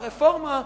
הרפורמה,